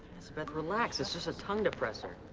azabeth, relax, it's just a tongue depressor.